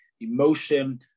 emotion